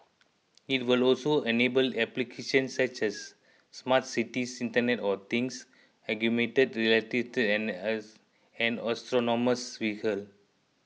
it will also enable applications such as smart cities Internet of Things augmented reality and as and autonomous vehicles